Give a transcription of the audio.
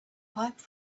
pipe